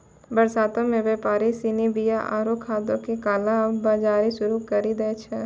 बरसातो मे व्यापारि सिनी बीया आरु खादो के काला बजारी शुरू करि दै छै